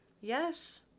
Yes